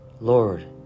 Lord